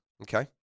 Okay